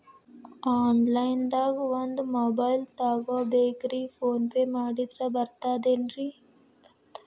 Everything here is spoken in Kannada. ಆನ್ಲೈನ್ ದಾಗ ಒಂದ್ ಮೊಬೈಲ್ ತಗೋಬೇಕ್ರಿ ಫೋನ್ ಪೇ ಮಾಡಿದ್ರ ಬರ್ತಾದೇನ್ರಿ?